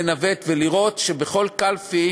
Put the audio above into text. לנווט ולראות שבכל קלפי,